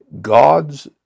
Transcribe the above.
God's